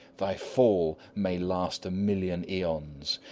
thy fall may last a million aeons,